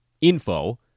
info